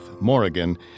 Morrigan